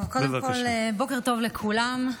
בוקר טוב לכולם.